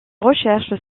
recherches